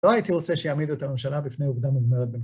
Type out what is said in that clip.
לא הייתי רוצה שיעמידו את הממשלה בפני עובדה מוגמרת